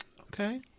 Okay